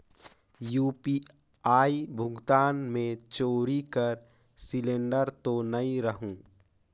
UPI भुगतान मे चोरी कर सिलिंडर तो नइ रहु?